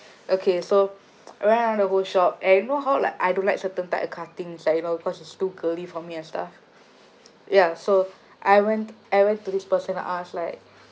okay so I went around the whole shop and you know how like I don't like certain type of cuttings like you know cause it's too girly for me and stuff ya so I went I went to this person to ask like